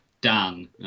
Dan